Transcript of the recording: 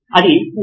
అది ఊహ